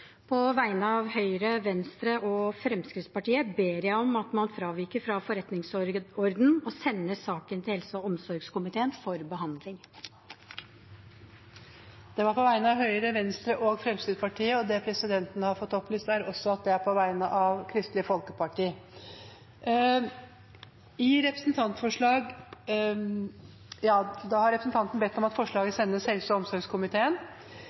På vegne av Høyre, Fremskrittspartiet og Venstre ber jeg om at man fraviker forretningsordenen og sender saken til helse- og omsorgskomiteen for behandling. Forslaget ble satt fram på vegne av Høyre, Fremskrittspartiet og Venstre, og det presidenten har fått opplyst, er at det også er på vegne av Kristelig Folkeparti. Da har representanten Kari Kjønaas Kjos bedt om at referatsak nr. 190 sendes helse- og omsorgskomiteen.